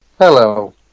Hello